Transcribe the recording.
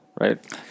right